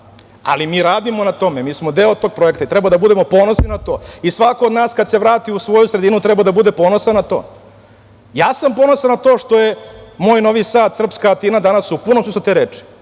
Ali mi radimo na tome. Mi smo deo tog projekta i treba da budemo ponosni na to. Svako od nas kad se vrati u svoju sredinu treba da bude ponosan na to. Ja sam ponosan na to što je moj Novi Sad, srpska Atina, danas u punom smislu te reči,